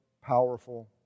powerful